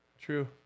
True